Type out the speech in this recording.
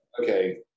okay